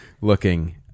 looking